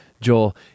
Joel